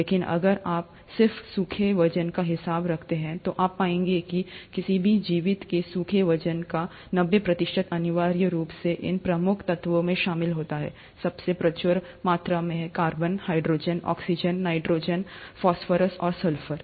लेकिन अगर आप सिर्फ सूखे वजन का हिसाब रखते हैं तो आप पाएंगे कि किसी भी जीवित के सूखे वजन का नब्बे प्रतिशत अनिवार्य रूप से इन प्रमुख तत्वों में शामिल होता है सबसे प्रचुर मात्रा में carbon hydrogen oxygen nitrogen phosphorus और सल्फर